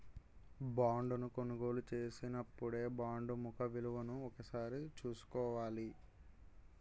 బాండును కొనుగోలు చేసినపుడే బాండు ముఖ విలువను ఒకసారి చూసుకోవాల